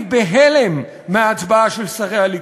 אני בהלם מההצבעה של שרי הליכוד.